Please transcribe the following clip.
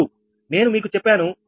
నేను మీకు చెప్పాను 𝑃𝐿 𝑃𝑔𝐿 − 𝑃𝐿𝐿